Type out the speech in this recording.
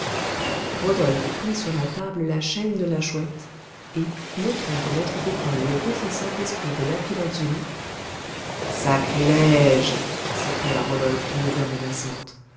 rodolphe prit sur la table la chaîne de la chouette et montrant au maître d'école le petit saint-esprit de lapis-lazuli sacrilège s'écria rodolphe d'une voix menaçante